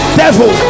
devil